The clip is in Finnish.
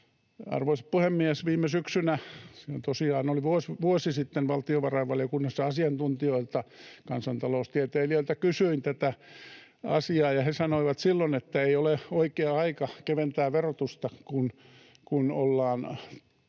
Arvoisa puhemies! Viime syksynä — tosiaan, vuosi sitten — kysyin valtiovarainvaliokunnassa asiantuntijoilta, kansantaloustieteilijöiltä, tätä asiaa, ja he sanoivat silloin, että ei ole oikea aika keventää verotusta, kun on